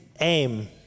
aim